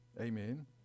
Amen